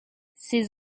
ses